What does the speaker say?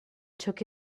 took